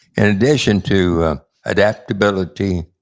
in addition to adaptability,